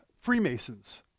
Freemasons